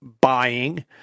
buying